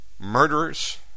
murderers